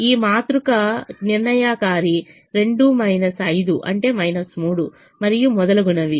ఈ మాతృక నిర్ణయకారి 2 5 అంటే 3 మరియు మొదలగునవి